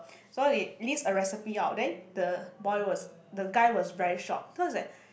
so he list a recipe out then the boy was the guy was very shocked cause is like